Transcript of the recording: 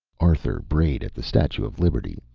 arthur brayed at the statue of liberty,